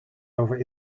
over